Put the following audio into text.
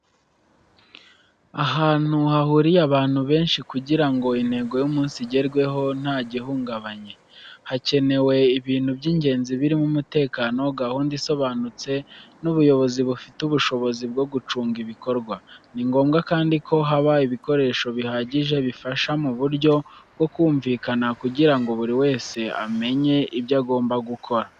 Ahantu hahuriye abantu benshi, kugira ngo intego y’umunsi igerweho nta gihungabanye, hakenewe ibintu by’ingenzi birimo umutekano, gahunda isobanutse, n’ubuyobozi bufite ubushobozi bwo gucunga ibikorwa. Ni ngombwa kandi ko haba ibikoresho bihagije bifasha mu buryo bwo kumvikana kugira ngo buri wese amenye ibyo agomba gukora.